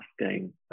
asking